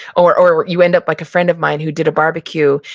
or or you end up like a friend of mine who did a barbecue,